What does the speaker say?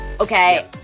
Okay